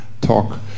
talk